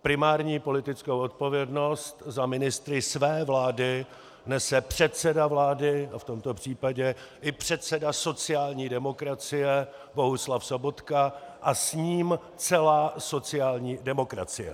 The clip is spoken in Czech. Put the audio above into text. Primární politickou odpovědnost za ministry své vlády nese předseda vlády a v tomto případě i předseda sociální demokracie Bohuslav Sobotka a s ním celá sociální demokracie.